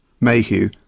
Mayhew